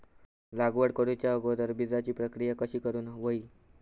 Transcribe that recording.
लागवड करूच्या अगोदर बिजाची प्रकिया कशी करून हवी?